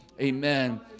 Amen